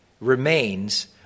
remains